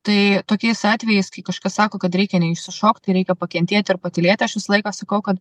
tai tokiais atvejais kai kažkas sako kad reikia neišsišokti reikia pakentėti ir patylėti aš visą laiką sakau kad